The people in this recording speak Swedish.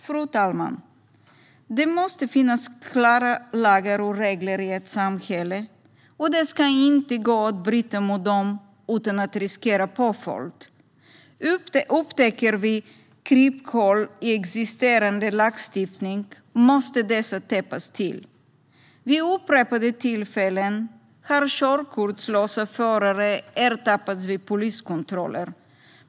Fru talman! Det måste finnas klara lagar och regler i ett samhälle, och det ska inte gå att bryta mot dem utan att riskera påföljd. Upptäcker vi kryphål i existerande lagstiftning måste dessa täppas till. Vid upprepade tillfällen har körkortslösa förare ertappats vid poliskontroller.